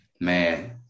man